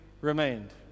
remained